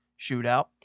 shootout